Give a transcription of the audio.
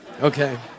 Okay